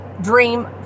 dream